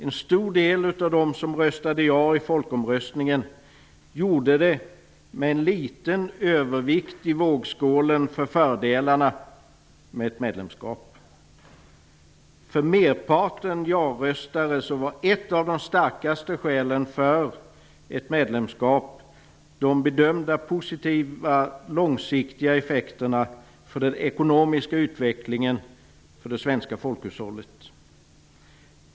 En stor del av dem som röstade ja i folkomröstningen gjorde det med en liten övervikt i vågskålen för fördelarna med ett medlemskap. För merparten ja-röstare var ett av de starkaste skälen för ett medlemskap de bedömda positiva långsiktiga effekterna för den ekonomiska utvecklingen för det svenska folkhushållet.